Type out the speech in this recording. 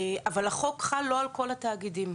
אבל החוק חל לא על כל התאגידים,